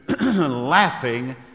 laughing